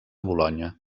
bolonya